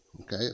Okay